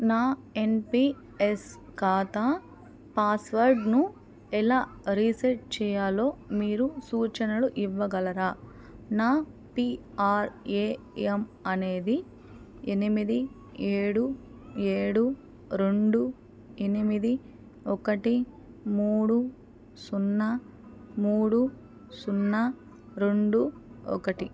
నా ఎన్పీఎస్ ఖాతా పాస్వర్డ్ను ఎలా రీసెట్ చేయాలో మీరు సూచనలు ఇవ్వగలరా నా పీఆర్ఏఎం అనేది ఎనిమిది ఏడు ఏడు రెండు ఎనిమిది ఒకటి మూడు సున్నా మూడు సున్నా రెండు ఒకటి